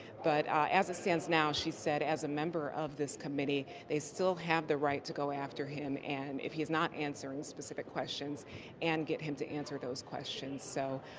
but as it stands now, she said as a member of this committee, they still have the right to go after him and if he is not answering specific questions and get him to answer those questions. so,